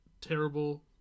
terrible